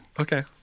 okay